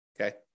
Okay